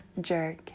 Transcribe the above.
jerk